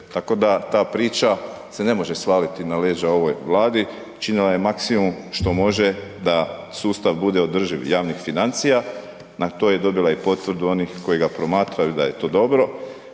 Tako da ta priča se ne može svaliti na leđe ovoj Vladi, učinila je maksimum što može da sustav bude održiv javnih financija, na to je dobila i potvrdu onih koji ga promatraju da je to dobro,